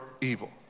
evil